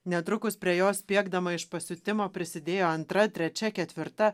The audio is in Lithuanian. netrukus prie jos spiegdama iš pasiutimo prisidėjo antra trečia ketvirta